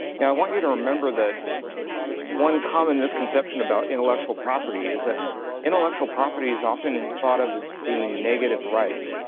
yeah i want you to remember that one common misconception about intellectual property is that intellectual property is often thought of as being negative rights.